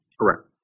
correct